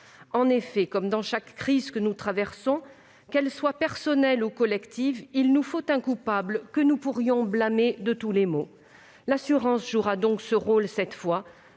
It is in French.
En effet, dans chaque crise que nous traversons, personnelle ou collective, il nous faut un coupable que nous pouvons blâmer de tous les maux : l'assurance jouera donc ce rôle cette fois,